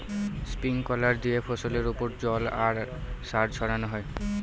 sprinkler দিয়ে ফসলের ওপর জল আর সার ছড়ানো হয়